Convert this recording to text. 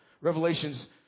Revelations